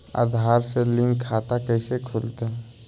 आधार से लिंक खाता कैसे खुलते?